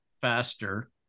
faster